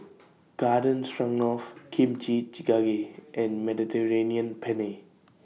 Garden Stroganoff Kimchi Jjigae and Mediterranean Penne